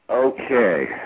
Okay